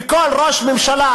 וכל ראש ממשלה,